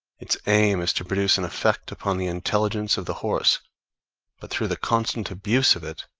its aim is to produce an effect upon the intelligence of the horse but through the constant abuse of it,